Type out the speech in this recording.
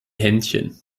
händchen